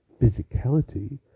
physicality